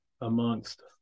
amongst